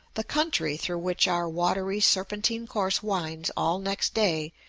the country through which our watery, serpentine course winds all next day,